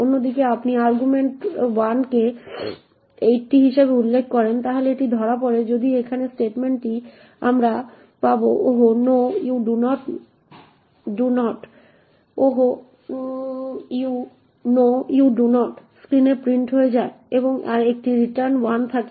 অন্যদিকে আপনি যদি argv1 কে 80 হিসাবে উল্লেখ করেন তাহলে এটি ধরা পড়ে যদি এখানে স্টেটমেন্টটি আমরা পাব oh no you do not 'Oh no you do not' স্ক্রিনে প্রিন্ট হয়ে যায় এবং একটি রিটার্ন 1 থাকে